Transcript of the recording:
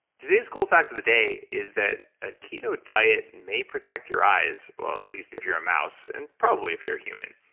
today's cool fact of the day is that a keto diet may protect your eyes or at least if you're a mouse and probably if you're a human.